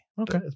Okay